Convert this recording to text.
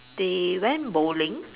they went bowling